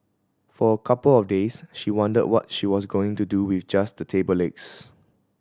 for a couple of days she wondered what she was going to do with just the table legs